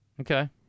Okay